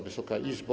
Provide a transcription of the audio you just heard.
Wysoka Izbo!